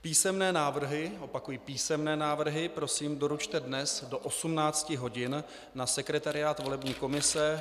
Písemné návrhy opakuji písemné návrhy prosím doručte dnes do 18 hodin na sekretariát volební komise.